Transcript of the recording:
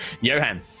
Johan